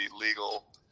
legal